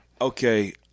Okay